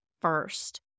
first